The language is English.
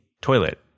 toilet